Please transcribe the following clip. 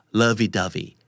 lovey-dovey